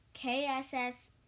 KSS